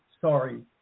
sorry